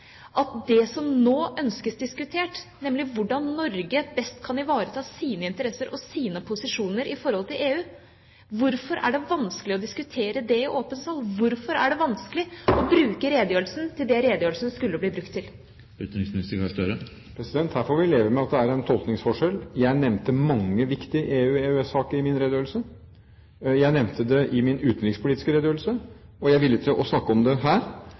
at det som nå ønskes diskutert, nemlig hvordan Norge best kan ivareta sine interesser og sine posisjoner i forhold til EU, blir diskutert i åpen sal. Hvorfor er det vanskelig å diskutere det i åpen sal? Hvorfor er det vanskelig å bruke redegjørelsen til det redegjørelsen skulle bli brukt til? Her får vi leve med at det er en tolkningsforskjell. Jeg nevnte mange viktige EU- og EØS-saker i min redegjørelse. Jeg nevnte det i min utenrikspolitiske redegjørelse, og jeg er villig til å snakke om det her.